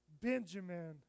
Benjamin